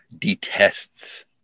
detests